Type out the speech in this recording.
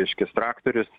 reiškias traktorius